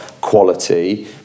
quality